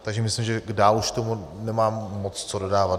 Takže myslím, že dál už k tomu nemám moc co dodávat.